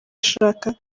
ashaka